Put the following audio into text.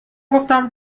گفتم